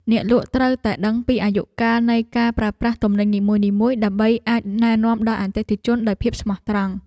អ្នកលក់ត្រូវតែដឹងពីអាយុកាលនៃការប្រើប្រាស់ទំនិញនីមួយៗ ដើម្បីអាចណែនាំដល់អតិថិជនដោយភាពស្មោះត្រង់។